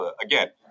again